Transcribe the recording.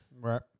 right